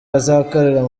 bazakorera